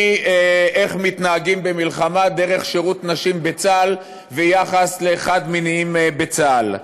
מאיך מתנהגים במלחמה דרך שירות נשים בצה"ל ועד יחס לחד-מיניים בצה"ל.